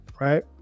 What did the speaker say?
Right